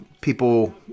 people